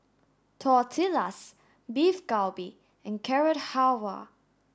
Tortillas Beef Galbi and Carrot Halwa